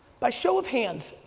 by show of hands,